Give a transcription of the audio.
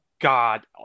God